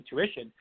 intuition